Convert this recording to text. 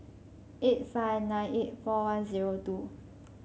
eight five nine eight four one zero two